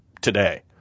today